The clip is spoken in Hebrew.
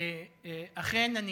אכן,